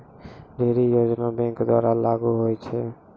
ढ़ेरी योजना बैंक द्वारा लागू होय छै